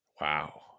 wow